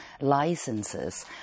licenses